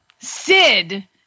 Sid